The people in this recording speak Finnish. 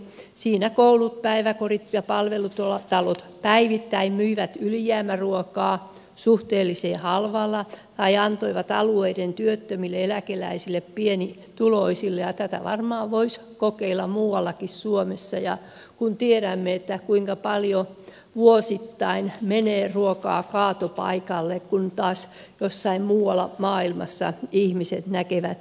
siinä koulut päiväkodit ja palvelutalot päivittäin myivät ylijäämäruokaa suhteellisen halvalla tai antoivat alueiden työttömille eläkeläisille pienituloisille ja tätä varmaan voisi kokeilla muuallakin suomessa kun tiedämme kuinka paljon vuosittain menee ruokaa kaatopaikalle kun taas jossain muualla maailmassa ihmiset näkevät nälkää